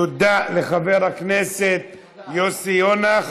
תודה לחבר הכנסת יוסי יונה.